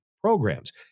programs